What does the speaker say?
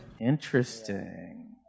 Interesting